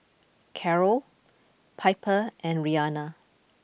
Carrol Piper and Rianna